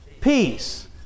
peace